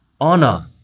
honor